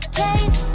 case